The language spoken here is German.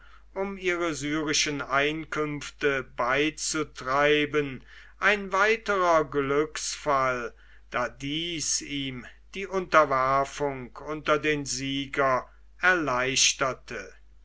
um ihre syrischen einkünfte beizutreiben ein weiterer glücksfall da dies ihm die unterwerfung unter den sieger erleichterte